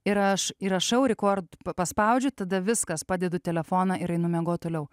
ir aš įrašau rekord paspaudžia tada viskas padedu telefoną ir einu miegot toliau